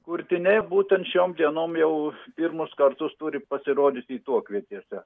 kurtiniai būtent šiom dienom jau pirmus kartus turi pasirodyti tuokvietėse